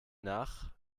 nach